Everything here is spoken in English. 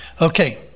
Okay